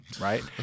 right